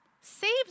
saves